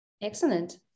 Excellent